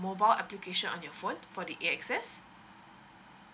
mobile application on your phone for the A_X_S